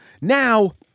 Now